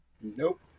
Nope